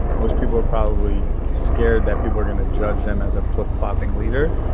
most people are probably scared that people are going to judge them as a flip flopping leader,